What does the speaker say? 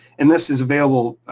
and this is available,